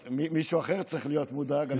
מישהו אחר צריך להיות מודאג.